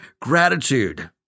gratitude